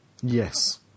Yes